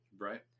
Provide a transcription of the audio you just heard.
Right